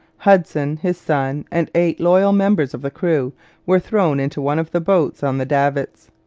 hudson, his son, and eight loyal members of the crew were thrown into one of the boats on the davits.